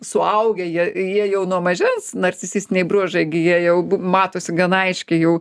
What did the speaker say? suaugę jie jie jau nuo mažens narcisistiniai bruožai gi jie jau matosi gan aiškiai jau